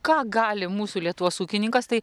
ką gali mūsų lietuvos ūkininkas tai